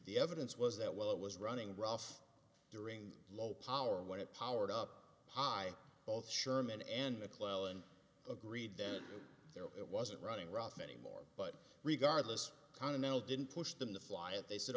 the evidence was that while it was running rough during low power when it powered up high both sherman and mcclelland agreed that there it wasn't running rough anymore but regardless continental didn't push them to fly it they said